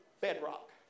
bedrock